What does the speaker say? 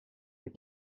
est